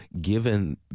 given